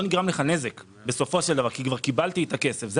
לא נגרם לך נזק כי כבר התקבל הכסף.